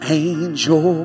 angel